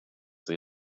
that